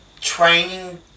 training